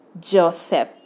Joseph